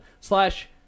slash